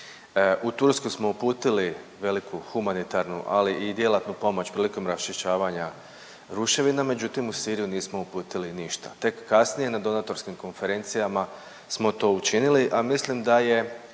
U Tursku smo uputili veliku humanitarnu, ali i djelatnu pomoć prilikom raščišćavanja ruševina. Međutim u Siriju nismo uputili ništa. Tek kasnije na donatorskim konferencijama smo to učinili, a mislim da je